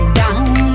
down